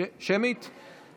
(קוראת בשמות חברי הכנסת)